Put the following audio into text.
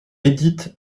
édite